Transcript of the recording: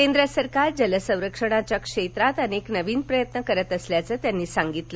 केन्द्र सरकार जलसंरक्षणाच्या क्षेत्रात अनेक नवीन प्रयत्न करत असल्याचं त्यांनी यावेळी सांगितलं